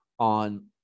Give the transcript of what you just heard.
On